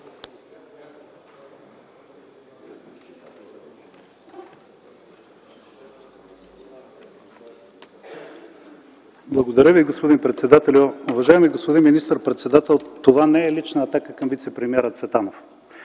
Благодаря Ви, господин председателю. Уважаеми господин министър-председател, това не е лична атака към вицепремиера Цветанов.